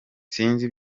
sinzi